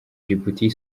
djibouti